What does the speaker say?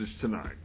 tonight